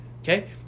Okay